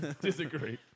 Disagree